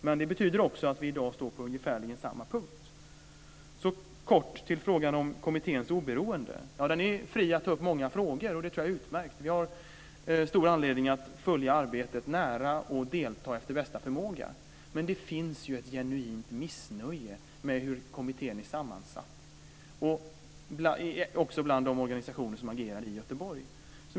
Men det betyder också att vi i dag står på ungefärligen samma punkt. Så kort till frågan om kommitténs oberoende. Den är fri att ta upp många frågor, och det tror jag är utmärkt. Vi har stor anledning att följa arbetet nära och delta efter bästa förmåga, men det finns ju ett genuint missnöje med hur kommittén är sammansatt också hos de organisationer som agerade i Göteborg.